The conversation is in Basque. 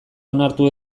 onartu